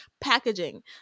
Packaging